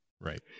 Right